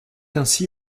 ainsi